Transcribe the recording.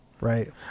right